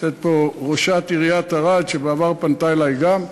נמצאת פה ראשת עיריית ערד שבעבר פנתה אלי גם,